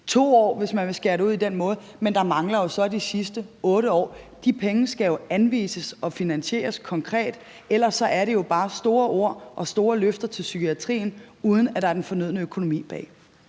2 år, hvis man vil skære det ud på den måde, men der mangler jo så de sidste 8 år. De penge skal jo anvises og finansieres konkret, ellers er det jo bare store ord og store løfter til psykiatrien, uden at der er den fornødne økonomi bag.